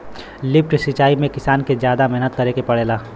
lift सिचाई में किसान के जादा मेहनत करे के पड़ेला